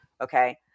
Okay